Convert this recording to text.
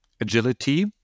agility